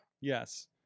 Yes